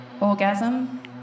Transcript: orgasm